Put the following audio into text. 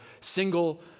single